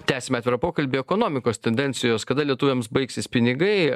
tęsim atvirą pokalbį ekonomikos tendencijos kada lietuviams baigsis pinigai